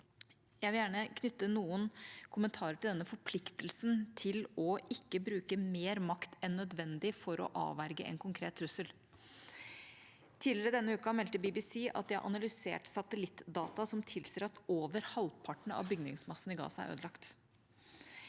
Jeg vil gjerne knytte noen kommentarer til denne forpliktelsen til ikke å bruke mer makt enn nødvendig for å avverge en konkret trussel. Tidligere denne uken meldte BBC at de har analysert satellittdata som tilsier at over halvparten av bygningsmassen i Gaza er ødelagt.